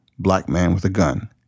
blackmanwithagun